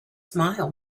smile